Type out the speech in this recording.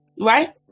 Right